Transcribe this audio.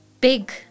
big